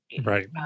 right